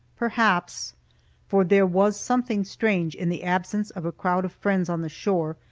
perhaps for there was something strange in the absence of a crowd of friends on the shore,